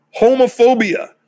homophobia